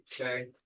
Okay